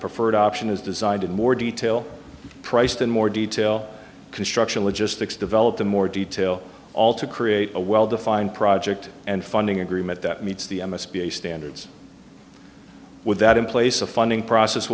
preferred option is designed in more detail priced in more detail construction logistics developed in more detail all to create a well defined project and funding agreement that meets the m s b a standards with that in place of funding process